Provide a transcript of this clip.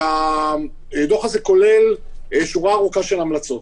הדוח הזה כולל שורה ארוכה של המלצות.